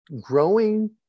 growing